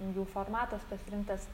jų formatas pasirinktas